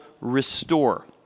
restore